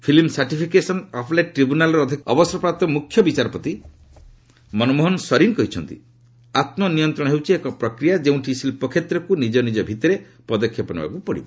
film certification appellate ଟ୍ରିବ୍ୟୁନାଲ୍ର ଅଧ୍ୟକ୍ଷ ଅବସରପ୍ରାପ୍ତ ମୁଖ୍ୟ ବିଚାରପତି ମନମୋହନ ସରିନ୍ କହିଛନ୍ତି ଆତ୍କ ନିୟନ୍ତ୍ରଣ ହେଉଛି ଏକ ପ୍ରକ୍ରିୟା ଯେଉଁଠି ଶିଳ୍ପ କ୍ଷେତ୍ରଗୁଡ଼ିକୁ ନିଜ ନିଜ ଭିତରେ ପଦକ୍ଷେପ ନେବାକୁ ପଡ଼ିବ